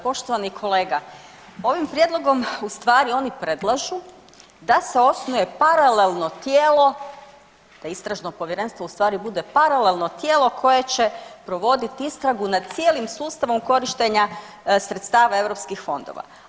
Poštovani kolega, ovim prijedlogom ustvari oni predlažu da se osnuje paralelno tijelo, da istražno povjerenstvo u stvari bude paralelno tijelo koje će provoditi istragu nad cijelim sustavom korištenja sredstava europskih fondova.